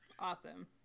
Awesome